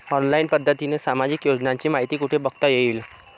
Online पद्धतीने सामाजिक योजनांची माहिती कुठे बघता येईल?